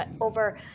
over